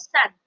Sun